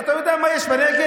אתה יודע מה יש בנגב?